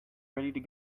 ready